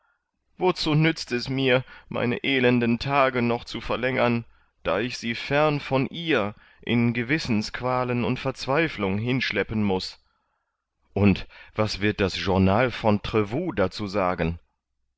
wozu nützt es mir meine elenden tage noch zu verlängern da ich sie fern von ihr in gewissensqualen und verzweiflung hinschleppen muß und was wird das journal von trevoux dazu sagen